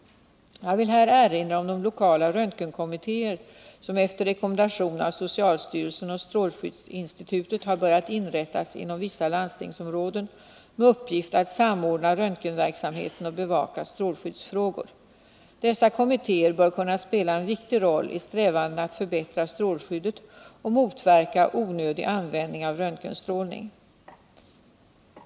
Jag vill här erinra om de lokala röntgenkommittéer som efter rekommendation av socialstyrelsen och strålskyddsinstitutet har börjat inrättas inom vissa landstingsområden med uppgift att samordna röntgenverksamheten och bevaka strålskyddsfrågor. Dessa kommittéer bör kunna spela en viktig rolli strävandena att förbättra strålskyddet och motverka onödig användning av röntgenstrålning.